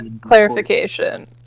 clarification